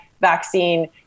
vaccine